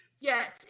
Yes